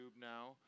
now